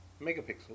Megapixels